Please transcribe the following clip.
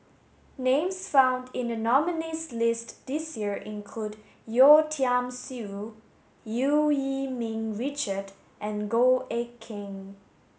names found in the nominees' list this year include Yeo Tiam Siew Eu Yee Ming Richard and Goh Eck Kheng